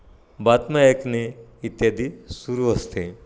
बातम्या ऐकणे इत्यादी सुरू असते